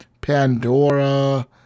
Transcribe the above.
Pandora